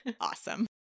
awesome